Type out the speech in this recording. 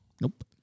Nope